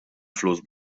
flus